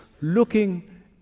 looking